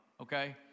okay